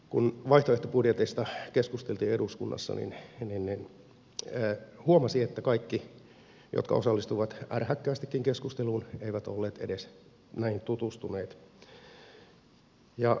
kun vaihtoehtobudjeteista keskusteltiin eduskunnassa niin huomasi että kaikki jotka osallistuivat ärhäkkäästikin keskusteluun eivät olleet edes näihin tutustuneet